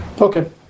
Okay